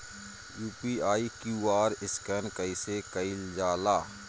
UPI QR scan कइसे कईल जा ला?